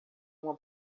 uma